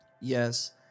yes